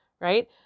Right